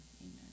amen